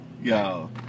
Yo